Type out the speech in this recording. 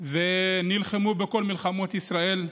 ונלחמו בכל מלחמות ישראל.